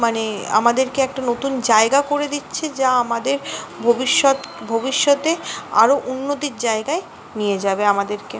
মানে আমাদেরকে একটা নতুন জায়গা করে দিচ্ছে যা আমাদের ভবিষ্যত ভবিষ্যতে আরও উন্নতির জায়গায় নিয়ে যাবে আমাদেরকে